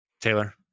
Taylor